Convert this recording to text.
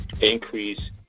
increase